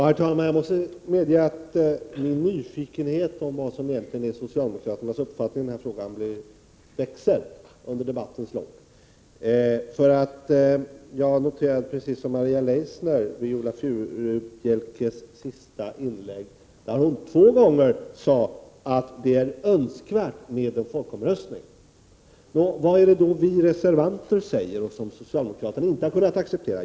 Herr talman! Jag måste medge att min nyfikenhet om vad som egentligen är socialdemokraternas uppfattning växer under debattens gång. Jag har liksom Maria Leissner noterat att Viola Furubjelke i sitt senaste inlägg två gånger sade att det är önskvärt med en folkomröstning. Nå, vad är det som vi reservanter säger och som socialdemokraterna inte har kunnat acceptera?